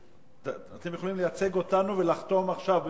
אתם יכולים לייצג אותנו ולחתום עכשיו במקומנו.